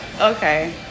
okay